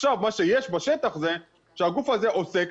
עכשיו מה שיש בשטח זה שהגוף הזה עוסק,